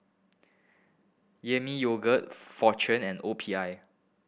Yemi Yogurt Fortune and O P I